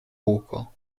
buco